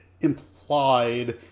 implied